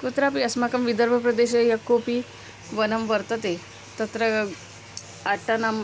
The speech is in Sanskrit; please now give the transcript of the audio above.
कुत्रापि अस्माकं विदर्भप्रदेशे यः कोपि वनं वर्तते तत्र अटनम्